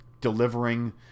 delivering